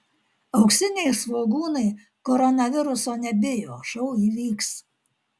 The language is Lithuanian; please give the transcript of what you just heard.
auksiniai svogūnai koronaviruso nebijo šou įvyks